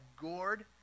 gourd